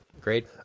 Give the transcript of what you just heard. Great